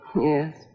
Yes